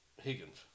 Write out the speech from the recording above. Higgins